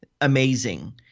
amazing